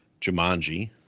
Jumanji